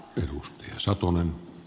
arvoisa puhemies